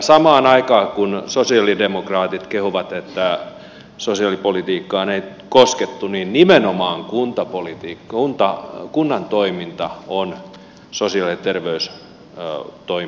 samaan aikaan kun sosialidemokraatit kehuvat että sosiaalipolitiikkaan ei koskettu niin nimenomaan kunnan toiminta on sosiaali ja terveystoiminnoista kiinni